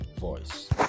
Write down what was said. voice